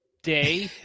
Day